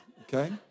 Okay